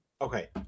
okay